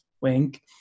Wink